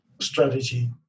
strategy